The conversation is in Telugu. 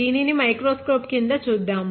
దీనిని మైక్రోస్కోప్ క్రింద చూద్దాం